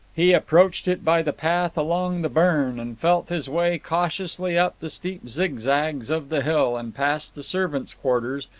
he approached it by the path along the burn, and felt his way cautiously up the steep zigzags of the hill, and past the servants' quarters,